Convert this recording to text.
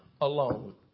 alone